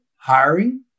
Hiring